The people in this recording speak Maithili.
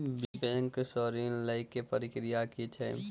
बैंक सऽ ऋण लेय केँ प्रक्रिया की छीयै?